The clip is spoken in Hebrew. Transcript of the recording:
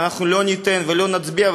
אנחנו לא ניתן ולא נצביע,